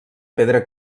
pedra